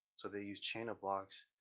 so they use chain of blocks,